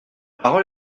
parole